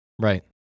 Right